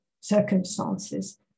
circumstances